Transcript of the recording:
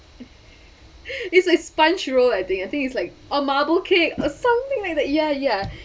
it's a sponge roll I think it's like or marble cake or something like that ya ya